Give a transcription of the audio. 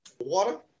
water